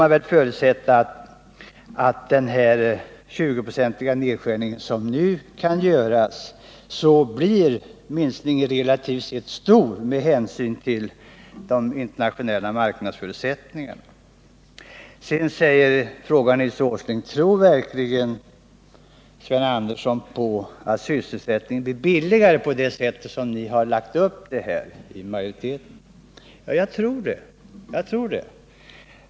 Man får väl förutsätta att med den 20-procentiga nedskärning som nu kan göras blir minskningen relativt sett stor med hänsyn till de internationella marknadsförutsättningarna. Nils Åsling frågar: Tror verkligen Sven Andersson att sysselsättningen blir billigare på det sätt som utskottsmajoriteten lagt upp saken? Ja, jag tror det.